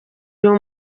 uyu